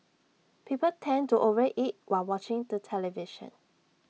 people tend to over eat while watching the television